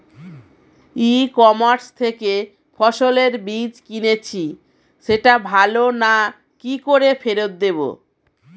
ই commerce থেকে ফসলের বীজ কিনেছি সেটা ভালো না কি করে ফেরত দেব?